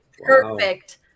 perfect